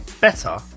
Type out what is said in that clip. better